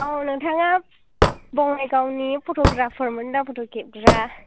औ नोंथाङा बङाइगावनि फट'ग्राफारमोन दा फट' खेबग्रा